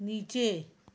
नीचे